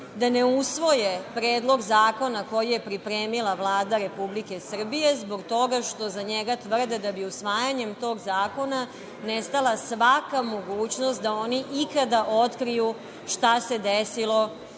da ne usvoje Predlog zakona koji je pripremila Vlada Republike Srbije, zbog toga što za njega tvrde da bi usvajanjem tog zakona nestala svaka mogućnost da oni ikada otkriju šta se desilo